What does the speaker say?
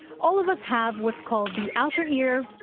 all of us have what's called the outer ear,